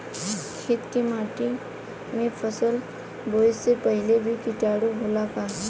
खेत के माटी मे फसल बोवे से पहिले भी किटाणु होला का?